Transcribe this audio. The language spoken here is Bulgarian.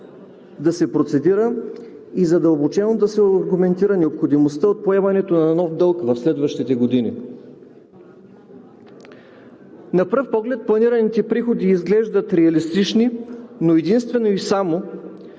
да се процедира и задълбочено да се аргументира необходимостта от поемането на нов дълг в следващите години. На пръв поглед планираните приходи изглеждат реалистични, но единствено и само